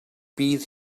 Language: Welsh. bydd